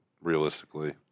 realistically